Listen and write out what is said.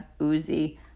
Uzi